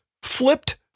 Flipped